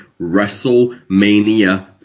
Wrestlemania